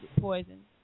poison